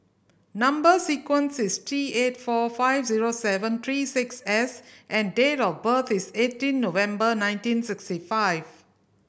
number sequence is T eight four five zero seven three six S and date of birth is eighteen November nineteen sixty five